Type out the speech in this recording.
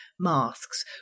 masks